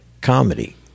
comedy